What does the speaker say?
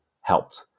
helped